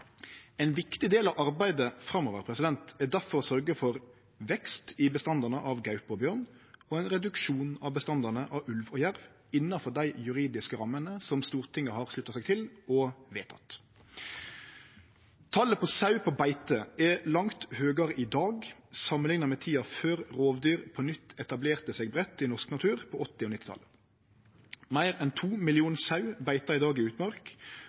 Ein viktig del av arbeidet framover er difor å sørgje for vekst i bestandane av gaupe og bjørn og reduksjon i bestandane av ulv og jerv, innanfor dei juridiske rammene Stortinget har slutta seg til og vedteke. Talet på sauer på beite er langt høgare i dag enn i tida før rovdyr på nytt etablerte seg breitt i norsk natur på 1980- og 1990-talet. Meir enn to millionar sauer beiter i dag i utmark, og sjølv i fleire av fylka med faste rovviltbestandar er